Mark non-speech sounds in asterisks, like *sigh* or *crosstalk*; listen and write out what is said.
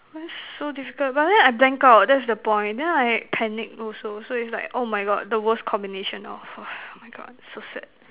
that's so difficult but then I blank out that's the point then I panic also so is like oh my God the worst combination lor *breath* oh my God so sad